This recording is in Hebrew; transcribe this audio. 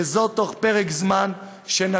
וזאת תוך פרק זמן שנקוב